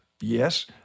Yes